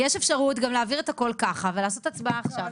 יש אפשרות גם להעביר את הכל ככה ולעשות הצבעה עכשיו.